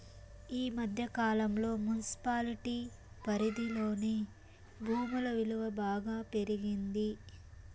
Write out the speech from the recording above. ఈ మధ్య కాలంలో మున్సిపాలిటీ పరిధిలోని భూముల విలువ బాగా పెరిగింది